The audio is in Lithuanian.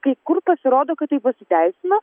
kai kur pasirodo kad tai pasiteisino